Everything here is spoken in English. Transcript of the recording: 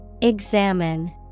Examine